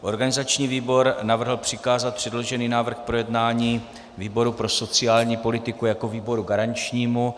Organizační výbor navrhl přikázat předložený návrh k projednání výboru pro sociální politiku jako výboru garančnímu.